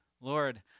Lord